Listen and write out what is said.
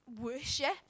worship